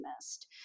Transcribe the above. missed